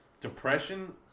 depression